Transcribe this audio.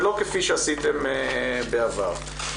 שלא כפי שעשיתם בעבר.